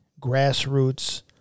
grassroots